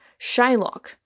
Shylock